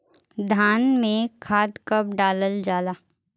धान में खाद कब डालल जाला?